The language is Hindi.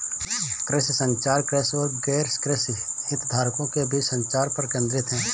कृषि संचार, कृषि और गैरकृषि हितधारकों के बीच संचार पर केंद्रित है